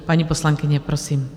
Paní poslankyně, prosím.